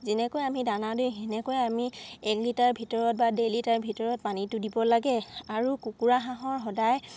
যেনেকৈ আমি দানা দিওঁ সেনেকৈ আমি এক লিটাৰ ভিতৰত বা ডেৰ লিটাৰ ভিতৰত পানীটো দিব লাগে আৰু কুকুৰা হাঁহৰ সদায়